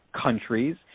countries